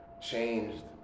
changed